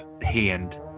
hand